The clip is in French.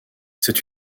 c’est